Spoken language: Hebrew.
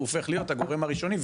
הוא הופך להיות הגורם הראשוני,